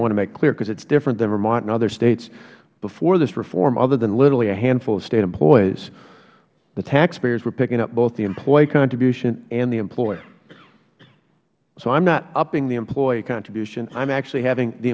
i want to make clear because it is different than vermont and other states before this reform other than literally a handful of state employees the taxpayers were picking up both the employee contribution and the employer so i am not upping the employee contribution i am actually having the